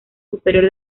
superior